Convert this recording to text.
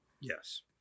Yes